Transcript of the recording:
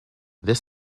this